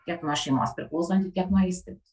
tiek nuo šeimos priklausanti tiek nuo įstaigos